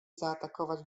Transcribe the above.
zaatakować